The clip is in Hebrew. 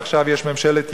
ועכשיו יש ממשלת ימין,